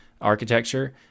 architecture